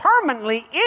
permanently